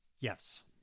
Yes